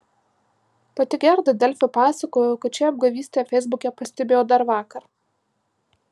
pati gerda delfi pasakojo kad šią apgavystę feisbuke pastebėjo dar vakar